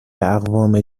اقوام